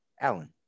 Alan